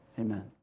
Amen